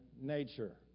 nature